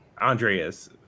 Andreas